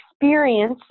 experience